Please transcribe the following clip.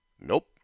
Nope